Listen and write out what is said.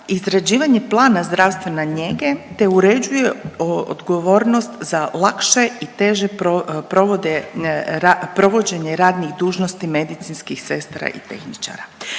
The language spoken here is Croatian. izrađivanje plana zdravstvene njege, te uređuje odgovornost za lakše i teže provođenje radnih dužnosti medicinskih sestara i tehničara.